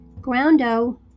Groundo